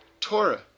Torah